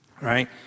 right